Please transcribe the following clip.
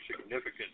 significant